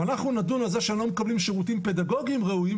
ואנחנו נדון על זה שהם לא מקבלים שירותים פדגוגים כראוי,